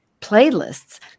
playlists